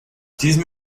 diesem